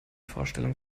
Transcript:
vorstellung